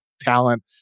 talent